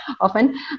often